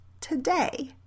today